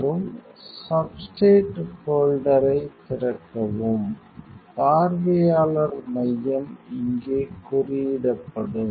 மற்றும் சப்ஸ்ட்ரேட் ஹோல்டர்ரை திறக்கவும் பார்வையாளர் மையம் இங்கே குறியிடப்படும்